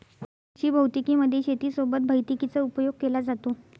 कृषी भौतिकी मध्ये शेती सोबत भैतिकीचा उपयोग केला जातो